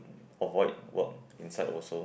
avoid work inside also